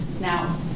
Now